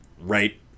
right